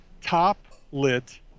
top-lit